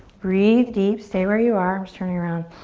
breathe deep. stay where you are. i'm just turning around.